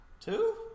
Two